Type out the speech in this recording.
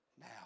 now